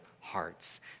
hearts